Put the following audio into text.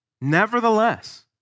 Nevertheless